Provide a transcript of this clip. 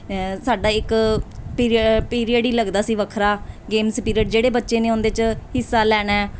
ਸਾਡਾ ਇੱਕ ਪੀਰੀ ਪੀਰੀਅਡ ਹੀ ਲੱਗਦਾ ਸੀ ਵੱਖਰਾ ਗੇਮਸ ਪੀਰਡ ਜਿਹੜੇ ਬੱਚੇ ਨੇ ਉਹਦੇ 'ਚ ਹਿੱਸਾ ਲੈਣਾ